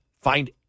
find